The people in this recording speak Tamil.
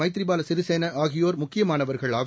மைத்ரிபால சிறிசேனா ஆகியோர் முக்கியமானவர்கள் ஆவர்